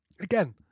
again